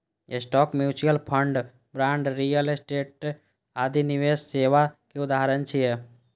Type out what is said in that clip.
stock, mutual fund, bond, real estate आदि निवेश सेवा के उदाहरण छियै